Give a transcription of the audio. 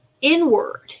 inward